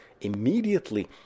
immediately